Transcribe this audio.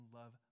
love